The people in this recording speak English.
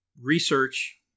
research